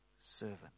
servant